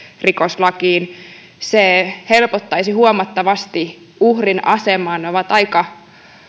rikoslakiin se helpottaisi huomattavasti uhrin asemaa ne ovat aika